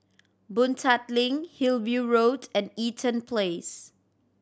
Boon Tat Link Hillview Road and Eaton Place